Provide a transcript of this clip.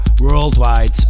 worldwide